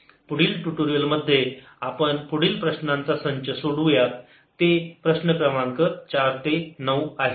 पुढील ट्यूटोरियल मध्ये आपण पुढील प्रश्नांचा संच सोडवू यात ते प्रश्न क्रमांक 4 ते 9 आहे